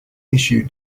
issue